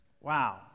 wow